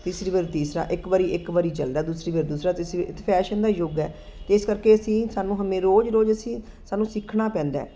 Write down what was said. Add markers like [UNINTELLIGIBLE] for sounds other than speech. ਤੀਸਰੀ ਵਾਰ ਤੀਸਰਾ ਇੱਕ ਵਾਰ ਇੱਕ ਵਾਰ ਚੱਲਦਾ ਦੂਸਰੀ ਵਾਰ ਦੂਸਰਾ ਤੀਸਰੀ ਵਰ ਫੈਸ਼ਨ ਦਾ ਹੀ ਯੁੱਗ ਹੈ ਅਤੇ ਇਸ ਕਰਕੇ ਅਸੀਂ ਸਾਨੂੰ [UNINTELLIGIBLE] ਰੋਜ਼ ਰੋਜ਼ ਅਸੀਂ ਸਾਨੂੰ ਸਿੱਖਣਾ ਪੈਂਦਾ ਹੈ